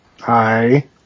hi